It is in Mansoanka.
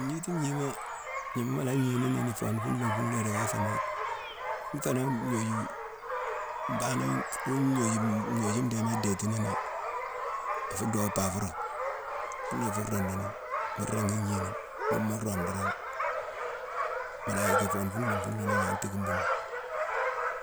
Ngniti ngnima, gnamma mu la gni nini, i foone funghlhan funghlhanne idika féémo: nféénangh nuyu bané ouyoum ouyoum ouyoum dété- détéénemé ifu dhoo paavurong. Ghuna ifu rundu nini mu ringi gni nini, mune mu roome dorong mu yick ifoone funghlhan funghlhanne ignan téékine bumo.